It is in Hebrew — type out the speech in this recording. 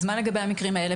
מה לגבי המקרים האלה?